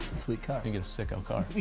sweet car. you get a sicko car.